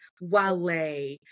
Wale